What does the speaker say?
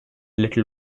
little